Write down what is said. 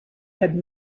had